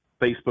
Facebook